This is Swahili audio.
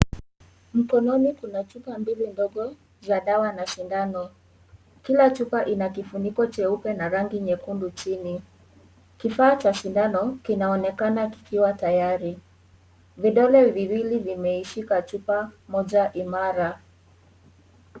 Mkononi, kuna chupa mbili ndogo za dawa na sindano. Kila chupa ina kifuniko cheupe na rangi nyekundu chini. Kifaa cha sindano, kinaonekana kikiwa tayari. Vidole viwili vimeishika chupa moja imara.